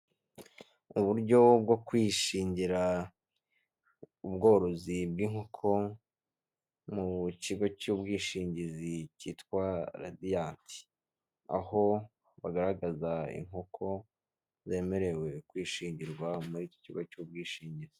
Uburyo bwo kwishingira ubworozi bw'inkoko mu kigo cy'ubwishingizi cyitwa radiyanti, aho bagaragaza inkoko zemerewe kwishingirwa muri iki kigo cy'ubwishingizi.